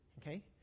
Okay